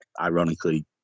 ironically